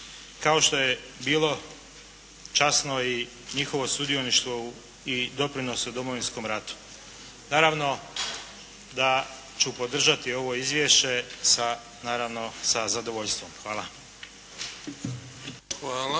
Kao što je bilo časno i njihovo sudioništvo i doprinos u Domovinskom ratu. Naravno da ću podržati ovo izvješće, naravno sa zadovoljstvom. Hvala.